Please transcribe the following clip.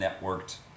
networked